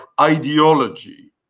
ideology